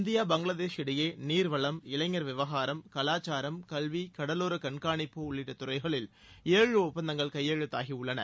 India Bangladesh இடையே நீர்வளம் இளைஞர் விவகாரம் கலாச்சாரம் கல்வி கடலோரக் கண்காணிப்பு உள்ளிட்ட துறைகளில் ஏழு ஒப்பந்தங்கள் கையெழுத்தாகியுள்ளன